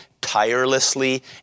tirelessly